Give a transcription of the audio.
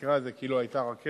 במקרה הזה, כאילו היתה רכבת